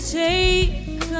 take